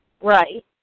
Right